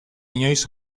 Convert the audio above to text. inoiz